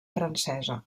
francesa